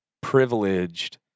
privileged